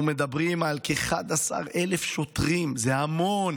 אנחנו מדברים על כ-11,000 שוטרים, זה המון,